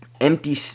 empty